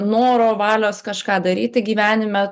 noro valios kažką daryti gyvenime